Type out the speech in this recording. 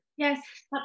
Yes